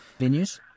venues